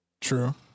True